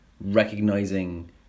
recognizing